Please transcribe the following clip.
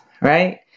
right